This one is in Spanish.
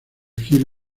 giro